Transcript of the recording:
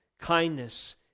kindness